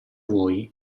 voi